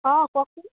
অঁ কওকচোন